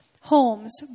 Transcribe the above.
Homes